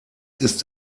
ist